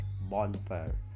bonfire